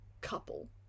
couple